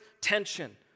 tension